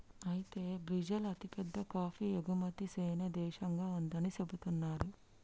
అయితే బ్రిజిల్ అతిపెద్ద కాఫీ ఎగుమతి సేనే దేశంగా ఉందని సెబుతున్నారు